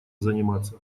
заниматься